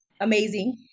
amazing